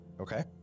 Okay